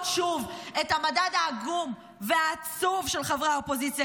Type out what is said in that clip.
שוב את המדד העגום והעצוב של חברי האופוזיציה.